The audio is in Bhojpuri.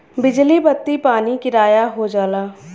बिजली बत्ती पानी किराया हो जाला